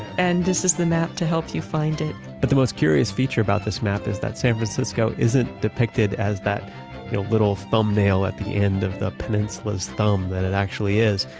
and this is the map to help you find it but the most curious feature about this map is that san francisco isn't depicted as that you know little thumbnail at the end of the peninsula's thumb that it actually is.